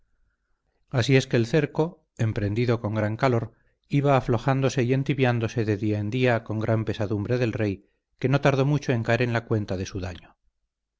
así es que el cerco emprendido con gran calor iba aflojándose y entibiándose de día en día con gran pesadumbre del rey que no tardó mucho en caer en la cuenta de su daño